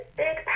big